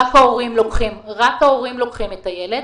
רק ההורים לוקחים את הילד,